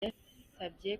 yasabye